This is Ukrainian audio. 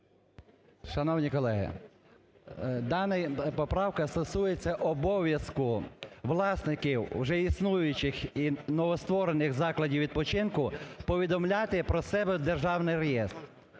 Шановні колеги, дана поправка стосується обов'язку власників уже існуючих і новостворених закладів відпочинку повідомляти про себе в державний реєстр.